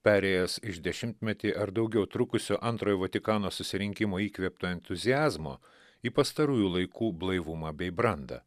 perėjęs iš dešimtmetį ar daugiau trukusio antrojo vatikano susirinkimo įkvėpto entuziazmo į pastarųjų laikų blaivumą bei brandą